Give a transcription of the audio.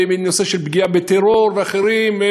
בנושא של פגיעה בטרור ואחרים.